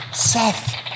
Seth